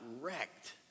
wrecked